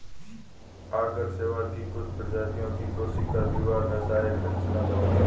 आगर शैवाल की कुछ प्रजातियों की कोशिका दीवारों में सहायक संरचना बनाता है